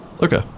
Okay